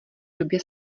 době